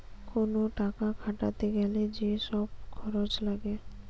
কোন টাকা খাটাতে গ্যালে যে সব খরচ লাগে